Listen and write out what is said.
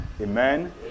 Amen